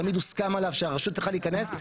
תמיד הוסכם שהרשות צריכה להיכנס,